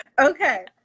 okay